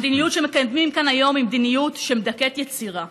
המדיניות שמקדמים כאן היום היא מדיניות שמדכאת יצירה.